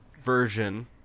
version